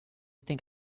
think